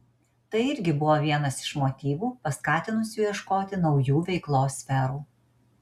tai irgi buvo vienas iš motyvų paskatinusių ieškoti naujų veiklos sferų